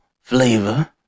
flavor